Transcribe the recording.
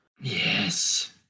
Yes